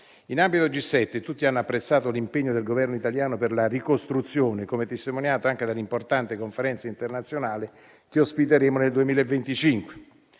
In ambito G7 tutti hanno apprezzato l'impegno del Governo italiano per la ricostruzione, come testimoniato anche dall'importante conferenza internazionale che ospiteremo nel 2025.